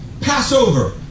Passover